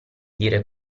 dire